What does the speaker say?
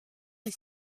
est